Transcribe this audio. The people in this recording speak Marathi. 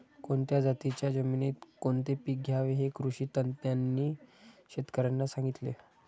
कोणत्या जातीच्या जमिनीत कोणते पीक घ्यावे हे कृषी तज्ज्ञांनी शेतकर्यांना सांगितले